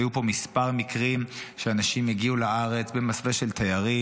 היו פה מספר מקרים שאנשים הגיעו לארץ במסווה של תיירים,